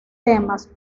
temas